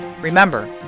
Remember